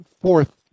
fourth